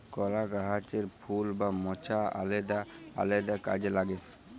কলা গাহাচের ফুল বা মচা আলেদা আলেদা কাজে লাগে